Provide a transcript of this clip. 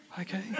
Okay